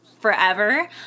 forever